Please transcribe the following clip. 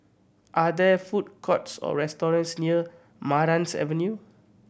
are there food courts or restaurants near Marans Avenue